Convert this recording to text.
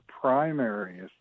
primaries